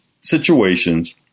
situations